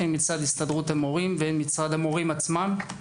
הן מצד הסתדרות המורים והן מצד המורים עצמם.